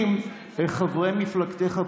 הוא יודע את זה חודש.